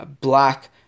black